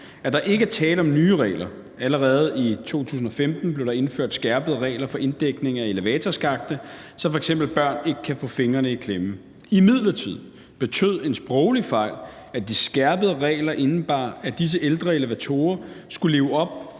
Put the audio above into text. at der ikke er tale om nye regler. Allerede i 2015 blev der indført skærpede regler for inddækning af elevatorerskakte, så f.eks. børn ikke kan få fingrene i klemme. Imidlertid betød en sproglig fejl, at de skærpede regler indebar, at disse ældre elevatorer skulle leve op